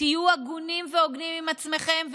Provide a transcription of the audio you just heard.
תהיו הגונים והוגנים עם עצמכם,